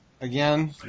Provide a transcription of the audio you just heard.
again